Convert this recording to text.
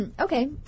Okay